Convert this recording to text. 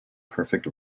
perfect